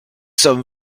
sommes